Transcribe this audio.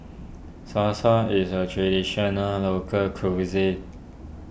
Salsa is a Traditional Local Cuisine